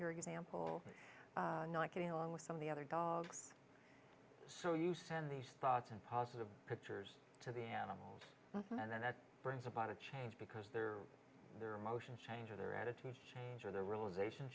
your example not getting along with some of the other dogs so you send these thoughts and positive hits to the animal and then that brings about a change because their their emotions change or their attitude change or the realization